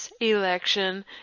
election